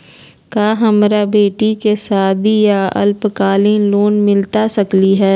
का हमरा बेटी के सादी ला अल्पकालिक लोन मिलता सकली हई?